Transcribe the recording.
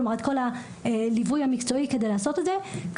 כלומר את כל הליווי המקצועי כדי לעשות את זה.